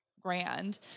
grand